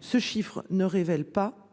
Ce chiffre ne révèle pas